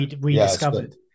rediscovered